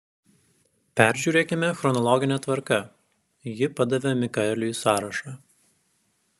peržiūrėkime chronologine tvarka ji padavė mikaeliui sąrašą